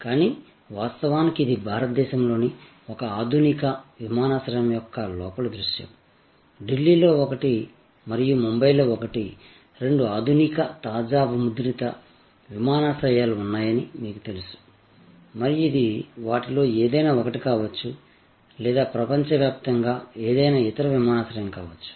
కానీ వాస్తవానికి ఇది భారతదేశంలోని ఒక ఆధునిక విమానాశ్రయం యొక్క లోపలి దృశ్యం ఢిల్లీలో ఒకటి మరియు ముంబైలో ఒకటి రెండు ఆధునిక తాజా ముద్రిత విమానాశ్రయాలు ఉన్నాయని మీకు తెలుసు మరియు ఇది వాటిలో ఏదైనా ఒక్కటి కావచ్చు లేదా ప్రపంచవ్యాప్తంగా ఏదైనా ఇతర విమానాశ్రయం కావచ్చు